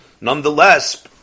Nonetheless